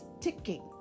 ticking